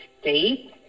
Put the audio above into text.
state